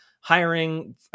hiring